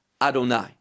adonai